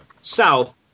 south